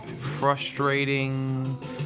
frustrating